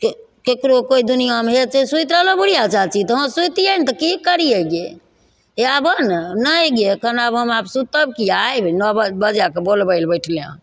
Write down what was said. के ककरो कोइ दुनिआमे सुति रहलहुँ बुढ़िआ चाची हाँ तऽ सुइतियै नहि तऽ की करियै यै हइए आबौ ने नहि गे एखन आब हम आब सुतब कि आइब नओ बजे कऽ बोलबय लए बैठले हन